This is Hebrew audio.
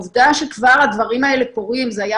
העובדה שכבר הדברים האלה קורים זה היה